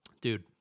dude